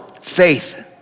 faith